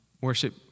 Worship